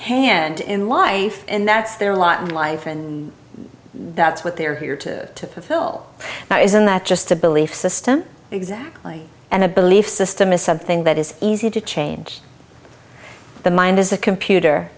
hand in life and that's their lot in life and that's what they're here to fill now isn't that just a belief system exactly and a belief system is something that is easy to change the mind is a computer